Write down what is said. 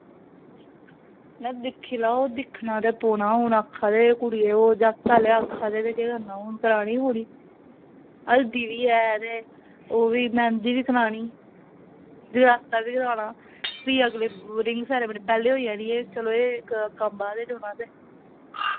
में दिक्खी लैओ दिक्खना ते पौना हून आक्खा दे कुड़ी ओह् जागत आह्ले आक्खा दे ते केह् करना हून कराने गै पौनी हल्दी बी ऐ ते ओह् बी मैंह्दी बी करानी जगराता बी कराना फ्ही अगले रिंग सेरामनी पैह्ले होई जानी एह् चलो एह् इक कम्म बाद च होना ते